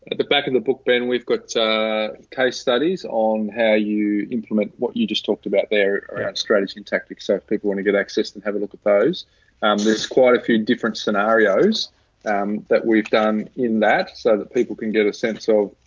back of the book, ben, we've got a case studies on how you implement what you just talked about there around strategy and tactics. so if people want to get access and have a look at those, um there's quite a few different scenarios that we've done in that so that people can get a sense of,